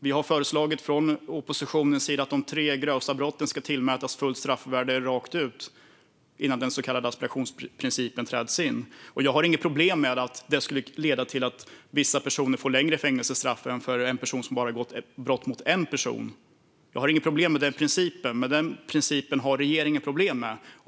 Vi har föreslagit från oppositionens sida att de tre grövsta brotten ska tillmätas sitt fulla straffvärde fullt ut innan den så kallade asperationsprincipen träder in. Jag har inget problem med att det skulle leda till att vissa personer får längre fängelsestraff än en person som bara begått brott mot en person. Jag har inget problem med den principen, men den principen har regeringen problem med.